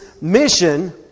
mission